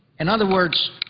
in other words,